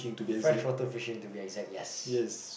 fresh water fishing to be exact yes